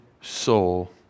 soul